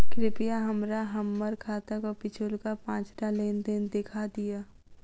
कृपया हमरा हम्मर खाताक पिछुलका पाँचटा लेन देन देखा दियऽ